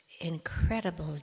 incredible